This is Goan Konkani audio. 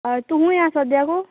हय तूं खूंय आसा सद्याकू